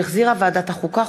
שהחזירה ועדת החוקה,